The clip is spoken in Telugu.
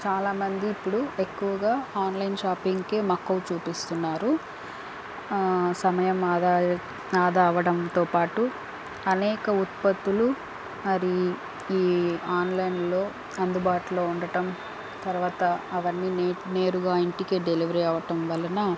చాలామంది ఇప్పుడు ఎక్కువగా ఆన్లైన్ షాపింగ్కే మక్కువ చూపిస్తున్నారు సమయం ఆదా ఆదా అవడంతోపాటు అనేక ఉత్పత్తులు మరి ఈ ఆన్లైన్లో అందుబాటులో ఉండటం తర్వాత అవన్నీ నే నేరుగా ఇంటికే డెలివరీ అవ్వటం వలన